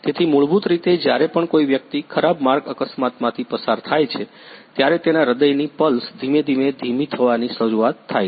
તેથી મૂળભૂત રીતે જ્યારે પણ કોઈ વ્યક્તિ ખરાબ માર્ગ અકસ્માતમાંથી પસાર થાય છે ત્યારે તેના હૃદયની પલ્સ ધીમે ધીમે ધીમી થવાની શરૂઆત થાય છે